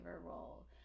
role